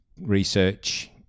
research